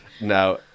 now